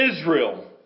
Israel